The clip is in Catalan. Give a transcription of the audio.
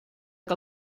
que